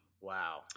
Wow